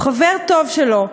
הוא חבר טוב שלו,